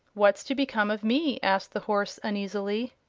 what's to become of me? asked the horse, uneasily.